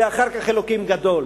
ואחר כך אלוקים גדול.